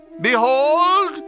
Behold